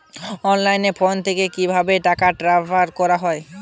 অনলাইনে ফোন থেকে কিভাবে টাকা ট্রান্সফার করা হয়?